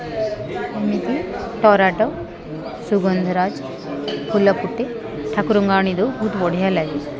ଏମିତି ଟରାଟୋ ସୁଗନ୍ଧରାଜ ଫୁଲ ଫୁଟେ ଠାକୁରଙ୍କୁ ଆଣି ଦେଉ ବହୁତ ବଢ଼ିଆ ଲାଗେ